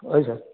हय सर